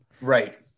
Right